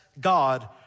God